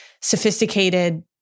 sophisticated